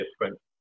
different